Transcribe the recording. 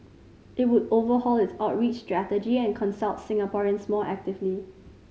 it would overhaul its outreach strategy and consult Singaporeans more actively